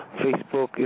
Facebook